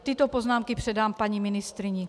Tyto poznámky předám paní ministryni.